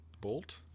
Bolt